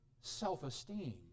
self-esteem